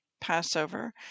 Passover